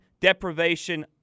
deprivation